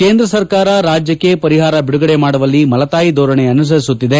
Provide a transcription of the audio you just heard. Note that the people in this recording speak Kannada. ಕೇಂದ್ರ ಸರ್ಕಾರ ರಾಜ್ಯಕ್ಷೆ ಪರಿಹಾರ ಬಿಡುಗಡೆ ಮಾಡುವಲ್ಲಿ ಮಲತಾಯಿ ಧೋರಣೆ ಅನುಸರಿಸುತ್ತಿದೆ